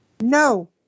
No